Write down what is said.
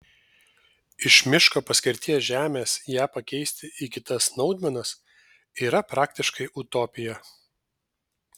iš miško paskirties žemės ją pakeisti į kitas naudmenas yra praktiškai utopija